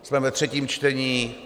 Jsme ve třetím čtení.